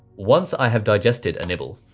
once i have digested a nibble.